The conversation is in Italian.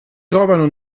trovano